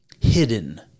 hidden